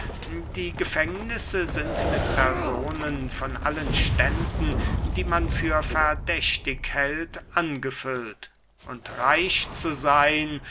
die gefängnisse sind mit personen von allen ständen die man für verdächtig hält angefüllt und reich zu seyn